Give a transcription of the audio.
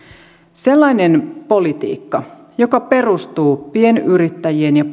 sellainen politiikka joka perustuu pienyrittäjien ja